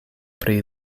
pri